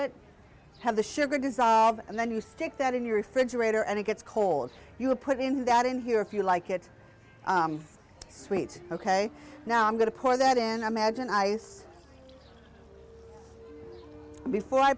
it have the sugar dissolve and then you stick that in your refrigerator and it gets cold you put in that in here if you like it sweet ok now i'm going to pour that in a magine ice before i